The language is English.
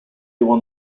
won